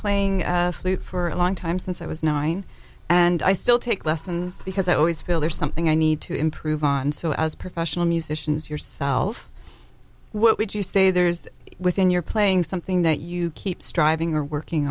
playing athlete for a long time since i was nine and i still take lessons because i always feel there's something i need to improve on so as professional musicians yourself what would you say there's within your playing something that you keep striving or working